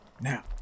now